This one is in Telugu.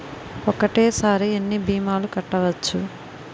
ఒక్కటేసరి ఎన్ని భీమాలు కట్టవచ్చు?